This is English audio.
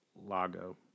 Lago